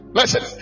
Listen